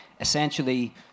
Essentially